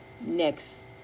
next